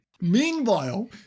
Meanwhile